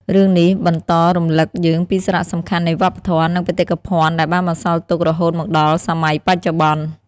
រឿងនេះបន្តរំឭកយើងពីសារៈសំខាន់នៃវប្បធម៌ និងបេតិកភណ្ឌដែលបានបន្សល់ទុករហូតមកដល់សម័យបច្ចុប្បន្ន។